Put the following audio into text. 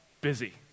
busy